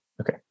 Okay